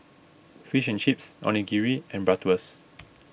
Fish and Chips Onigiri and Bratwurst